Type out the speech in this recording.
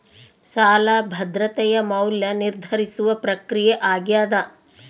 ಸಾಲ ಭದ್ರತೆಯ ಮೌಲ್ಯ ನಿರ್ಧರಿಸುವ ಪ್ರಕ್ರಿಯೆ ಆಗ್ಯಾದ